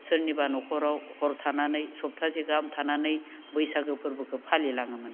सोरनिबा न'खराव हर थानानै सबथासे गाहाम थानानै बैसागो फोरबोखौ फालि लाङोमोन